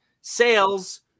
Sales